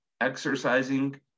exercising